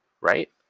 right